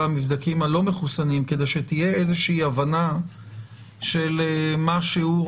הנבדקים שהם לא מחוסנים כדי שתהיה איזושהי הבנה של מה השיעור